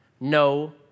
No